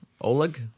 Oleg